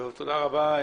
תודה רבה.